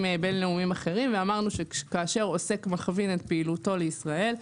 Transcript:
בינלאומיים אחרים ואמרנו שכאשר עוסק מכווין את פעילותו לישראל,